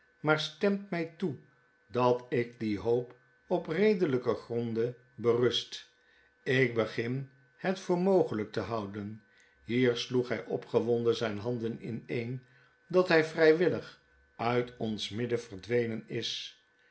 maar stemt my toe dat die hoop op redelyke gronden berust ik begin het voor mogelyk te houden hier sloe hij opgewonden zyne handen ineen dat hy vrywillig uit ons midden verdwenen is